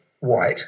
White